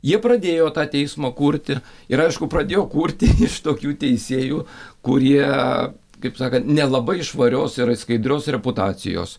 jie pradėjo tą teismą kurti ir aišku pradėjo kurti iš tokių teisėjų kurie kaip sakant nelabai švarios ir skaidrios reputacijos